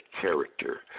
character